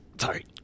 Sorry